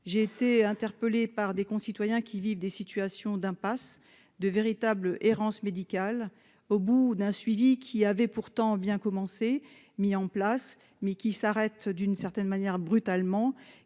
j'ai été interpellé par des concitoyens qui vivent des situations d'impasse de véritables errance médicale au bout d'un suivi qui avait pourtant bien commencé, mis en place, mais qui s'arrête, d'une certaine manière, brutalement,